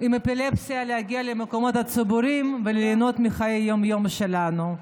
עם אפילפסיה להגיע למקומות הציבוריים וליהנות מחיי היום-יום שלנו.